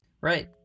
right